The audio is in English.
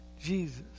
Jesus